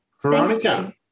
Veronica